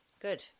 Good